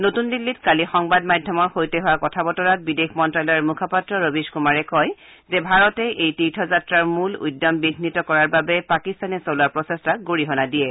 নতুন দিল্লীত কালি সংবাদ মাধ্যমৰ সৈতে হোৱা কথা বতৰাত বিদেশ মন্ত্ৰালয়ৰ মুখপাত্ৰ ৰবিছ কুমাৰে কয় যে ভাৰতে এই তীৰ্থযাত্ৰাৰ মূল উদ্যম বিঘ্নিত কৰাৰ বাবে পাকিস্তানে চলোৱা প্ৰচেষ্টাক গৰিহণা দিয়ে